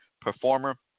performer